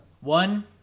One